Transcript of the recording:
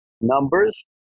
numbers